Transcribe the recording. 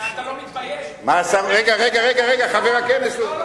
אתה לא מתבייש, רגע, רגע, חבר הכנסת.